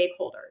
stakeholders